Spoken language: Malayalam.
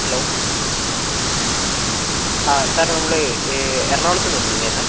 ഹലോ ആ സാറേ നമ്മൾ എറണാംകുളത്ത് നിന്ന് വിളിക്കുന്നതായിരുന്നേ